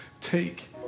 Take